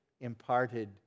imparted